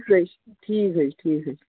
حظ چھِ ٹھیٖک حظ چھِ ٹھیٖک حظ